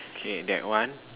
okay that one